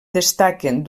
destaquen